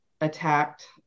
attacked